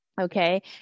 okay